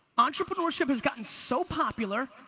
entrepreneurship has gotten so popular,